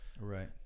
Right